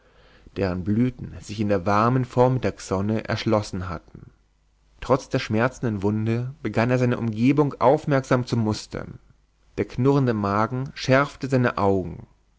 deren blüten sich in der warmen vormittagssonne erschlossen hatten trotz der schmerzenden wunde begann er seine umgebung aufmerksam zu mustern der knurrende magen schärfte seine augen